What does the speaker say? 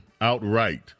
outright